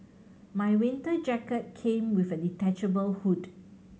my winter jacket came with a detachable hood